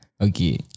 Okay